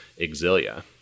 Exilia